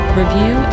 review